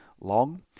long